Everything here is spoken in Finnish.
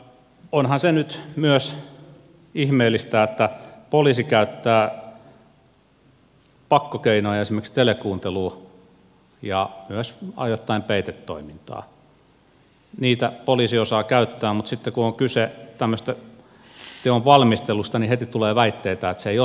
onhan se nyt ihmeellistä myös että poliisi käyttää pakkokeinoja esimerkiksi telekuuntelua ja myös ajoittain peitetoimintaa niitä poliisi osaa käyttää mutta sitten kun on kyse tämmöisestä teon valmistelusta niin heti tulee väitteitä että se ei osaisikaan käyttää